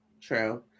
True